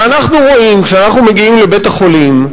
ואנחנו רואים, כשאנחנו מגיעים לבית-החולים,